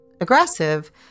aggressive